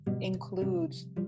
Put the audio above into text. includes